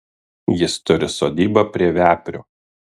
jis turi sodybą prie veprių